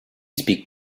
speak